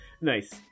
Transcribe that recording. Nice